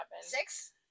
Six